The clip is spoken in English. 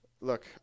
Look